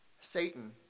Satan